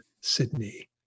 sydney